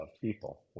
people